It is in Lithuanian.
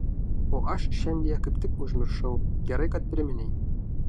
o aš šiandie kaip tik užmiršau gerai kad priminei